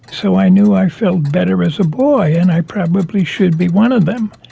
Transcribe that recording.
so i knew i felt better as a boy and i probably should be one of them.